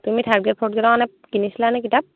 তুমি third grade fourth গ্ৰেডৰ কাৰণে কিনিছিলানে কিতাপ